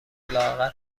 لااقل